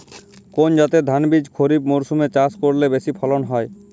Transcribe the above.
কোন জাতের ধানবীজ খরিপ মরসুম এ চাষ করলে বেশি ফলন হয়?